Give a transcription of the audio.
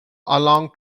along